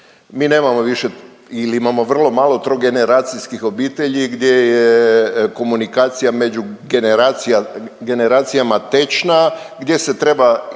Mi nemamo više ili imamo vrlo malo trogeneracijskih obitelji gdje je komunikacija među generacijama tečna, gdje se treba